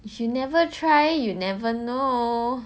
you never try you never know